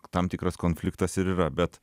tam tikras konfliktas ir yra bet